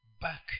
back